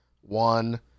one